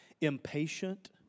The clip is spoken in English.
impatient